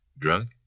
drunk